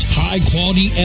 high-quality